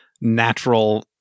natural